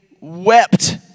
wept